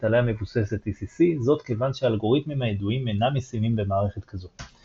עליה מבוססת ECC זאת כיוון שהאלגוריתמים הידועים אינם ישימים במערכת כזו.